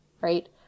right